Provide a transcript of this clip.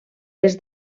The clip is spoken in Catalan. les